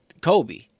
Kobe